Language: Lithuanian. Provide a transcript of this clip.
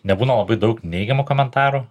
nebūna labai daug neigiamų komentarų